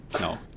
No